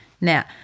now